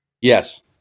Yes